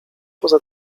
poza